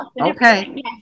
Okay